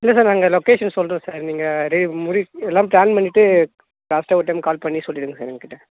இல்லை சார் நாங்கள் லொக்கேஷன் சொல்கிறோம் சார் நீங்கள் ரெடி முடி எல்லாம் ப்ளான் பண்ணிவிட்டு லாஸ்ட்டாக ஒரு டைம் கால் பண்ணி சொல்லிவிடுங்க சார் எங்கள்கிட்ட